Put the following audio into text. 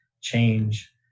change